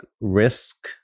risk